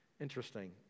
Interesting